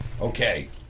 Okay